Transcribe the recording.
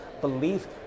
belief